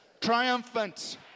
triumphant